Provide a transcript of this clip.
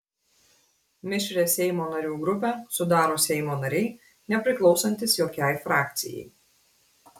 mišrią seimo narių grupę sudaro seimo nariai nepriklausantys jokiai frakcijai